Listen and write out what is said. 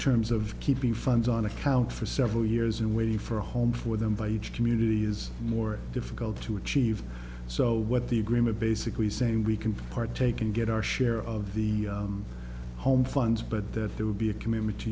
terms of keeping funds on account for several years and waiting for a home for them by each community is more difficult to achieve so what the agreement basically saying we can partake in get our share of the home funds but that there would be a commitment to